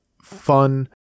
fun